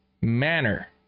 manner